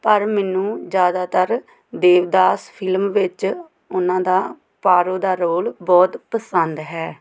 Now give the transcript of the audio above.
ਪਰ ਮੈਨੂੰ ਜ਼ਿਆਦਾਤਰ ਦੇਵਦਾਸ ਫਿਲਮ ਵਿੱਚ ਉਹਨਾਂ ਦਾ ਪਾਰੋ ਦਾ ਰੋਲ ਬਹੁਤ ਪਸੰਦ ਹੈ